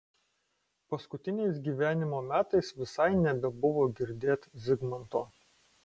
paskutiniais gyvenimo metais visai nebebuvo girdėt zigmanto